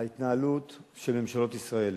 ההתנהלות של ממשלות ישראל